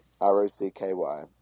R-O-C-K-Y